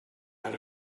out